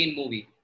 movie